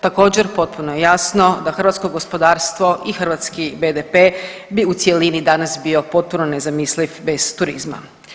Također, potpuno je jasno da hrvatsko gospodarstvo i hrvatski BDP bi u cjelini danas bio potpuno nezamisliv bez turizma.